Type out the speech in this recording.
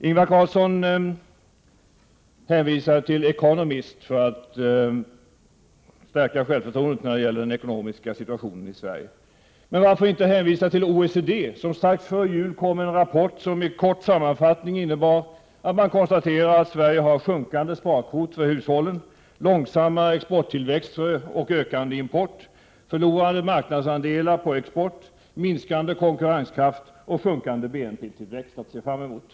Ingvar Carlsson hänvisar till The Economist för att stärka självförtroendet när det gäller den ekonomiska situationen i Sverige. Men varför inte hänvisa till OECD, som strax före jul kom med en rapport, vilken i kort sammanfattning innebar att Sverige har sjunkande sparkvot när det gäller hushållen, långsammare exporttillväxt och ökande import, förlorade marknadsandelar på export, minskande konkurrenskraft och sjunkande BNP-tillväxt att se fram emot.